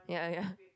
ya ya